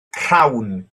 rhawn